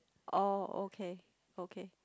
oh okay okay